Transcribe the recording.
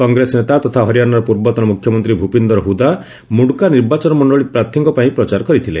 କଂଗ୍ରେସ ନେତା ତଥା ହରିଆଣାର ପୂର୍ବତନ ମୁଖ୍ୟମନ୍ତ୍ରୀ ଭ୍ରପିନ୍ଦର ହୁଦା ମୁଣ୍ଡ୍କା ନିର୍ବାଚନ ମଣ୍ଡଳୀ ପ୍ରାର୍ଥୀଙ୍କ ପାଇଁ ପ୍ରଚାର କରିଥିଲେ